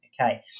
okay